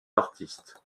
artistes